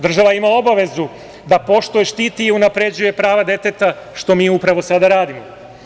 Država ima obavezu da poštuje, štiti i unapređuje prava deteta, što mi upravo sada radimo.